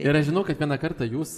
ir aš žinau kad vieną kartą jūs